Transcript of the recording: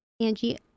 Angie